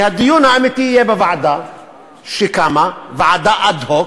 כי הדיון האמיתי יהיה בוועדה שקמה, ועדה אד-הוק,